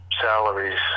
salaries